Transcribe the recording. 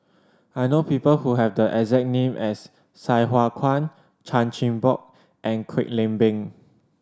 I know people who have the exact name as Sai Hua Kuan Chan Chin Bock and Kwek Leng Beng